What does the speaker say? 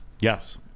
Yes